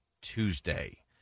Tuesday